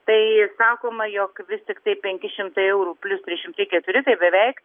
tai sakoma jog vis tiktai penki šimtai eurų plius trys šimtai keturi tai beveik